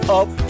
up